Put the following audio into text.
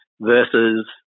versus –